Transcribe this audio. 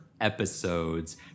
episodes